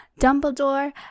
Dumbledore